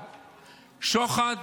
שוחד,